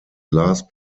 last